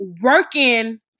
working